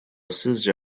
sizce